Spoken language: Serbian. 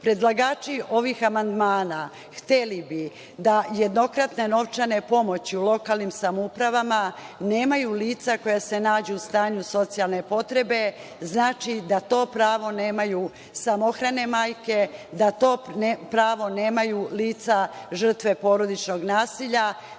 opštine. Predlagači ovih amandmana hteli bi da jednokratne novčane pomoći u lokalnim samoupravama nemaju lica koja se nađu u stanju socijalne potrebe, znači da to pravo nemaju samohrane majke, da to pravo nemaju lica žrtve porodičnog nasilja,